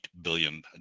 billion